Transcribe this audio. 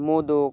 modak